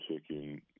chicken